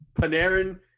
Panarin –